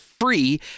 free